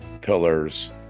pillars